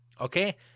okay